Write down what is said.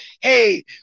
Hey